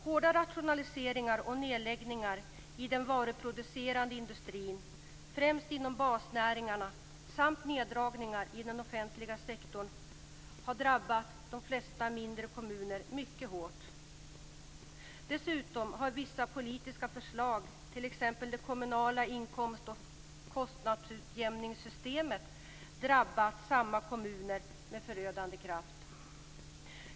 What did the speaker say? Hårda rationaliseringar och nedläggningar i den varuproducerande industrin, främst inom basnäringarna, samt neddragningar i den offentliga sektorn har drabbat de flesta mindre kommuner mycket hårt. Dessutom har vissa politiska förslag, t.ex. det kommunala inkomst och kostnadsutjämningssystemet, drabbat samma kommuner med förödande kraft.